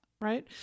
right